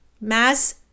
mass